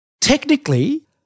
technically